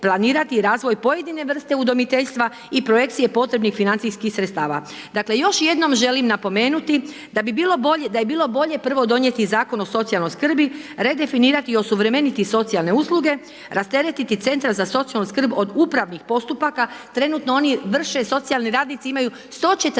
planirati razvoj pojedine vrste udomiteljstva i projekcije pojedinih financijskih sredstava. Dakle, još jednom želim napomenuti da je bilo bolje prvo donijeti Zakon o socijalnoj skrbi, redefinirati i osuvremeniti socijalne usluge, rasteretiti centre za socijalnu skrb od upravnih postupaka. Trenutno oni vrše, socijalni radnici imaju 140